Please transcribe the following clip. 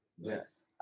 yes